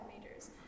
majors